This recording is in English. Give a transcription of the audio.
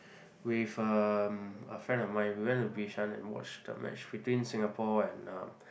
with um a friend of mine we went to Bishan and watch the match between Singapore and um